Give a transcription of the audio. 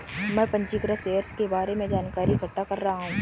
मैं पंजीकृत शेयर के बारे में जानकारी इकट्ठा कर रहा हूँ